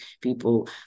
People